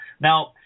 Now